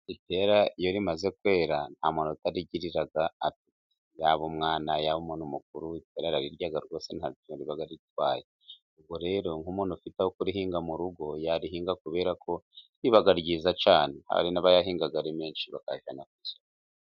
Ipera iyo rimaze kwera nta muntu utarigirira apeti yaba umwana yaba umuntu mukuru ararirya rwose ntacyo riba ritwaye. Ubwo rero nk'umuntu ufite aho kurihinga mu rugo yarihinga kubera ko riba ryiza cyane hari n'abayahinga ari menshi.